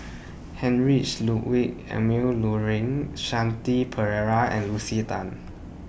Heinrich Ludwig Emil Luering Shanti Pereira and Lucy Tan